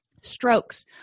strokes